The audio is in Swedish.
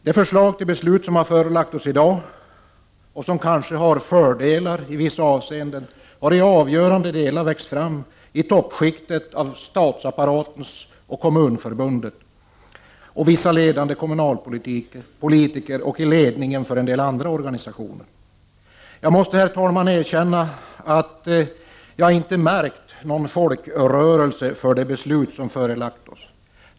Det förslag till beslut som har förelagts oss i dag, och som kanske i vissa avseenden har fördelar, har i avgörande delar växt fram i toppskiktet av statsapparaten och Kommunförbundet, bland vissa ledande kommunalpolitiker och i ledningen för en del andra organisationer. Jag måste, herr talman, erkänna att jag inte har märkt att det finns någon folkrörelse bakom det beslut som har förelagts oss här i riksdagen.